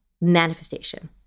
manifestation